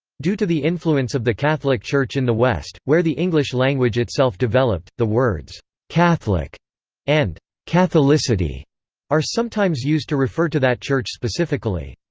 due to the influence of the catholic church in the west, where the english language itself developed, the words catholic and catholicity are sometimes used to refer to that church specifically.